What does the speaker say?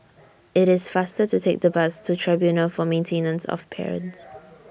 IT IS faster to Take The Bus to Tribunal For Maintenance of Parents